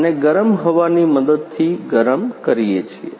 અને ગરમ હવા ની મદદથી ગરમ કરીએ છીએ